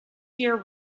year